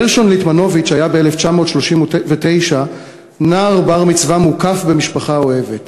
גרשון ליטמנוביץ היה ב-1939 נער בר-מצווה מוקף במשפחה אוהבת.